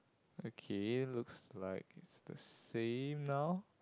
okay looks like it's the same now